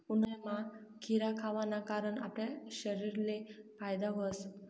उन्हायामा खीरा खावाना कारण आपला शरीरले फायदा व्हस